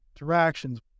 interactions